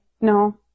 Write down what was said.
no